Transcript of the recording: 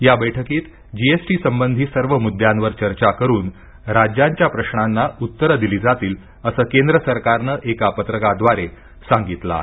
या बैठकीत जीएसटी संबंधी सर्व मुद्द्यांवर चर्चा करुन राज्यांच्या प्रश्नांना उत्तरं दिली जातील असं केंद्र सरकारनं एका पत्रकाद्वारे सांगितलं आहे